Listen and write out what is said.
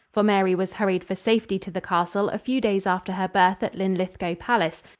for mary was hurried for safety to the castle a few days after her birth at linlithgow palace,